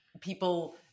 people